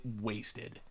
wasted